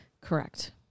Correct